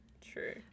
True